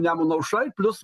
nemuno aušra ir plius